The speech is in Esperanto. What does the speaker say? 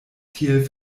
tiel